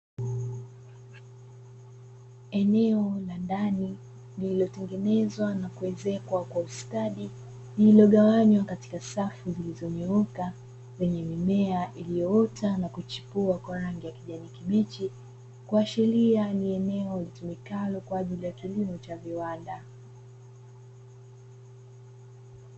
Eneo la ndani lililotengenezwa na kuezekwa kwa ustadi lililogawanywa katika safu zilizonyooka zenye mimea iliyoota na kuchipua kwa rangi ya kijani kibichi kuashiria ni eneo litumikalo kwa ajili ya kilimo cha viwanda.